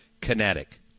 Kinetic